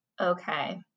Okay